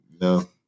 No